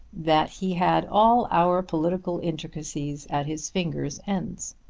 that he had all our political intricacies at his fingers' ends.